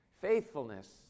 faithfulness